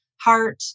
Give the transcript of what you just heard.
heart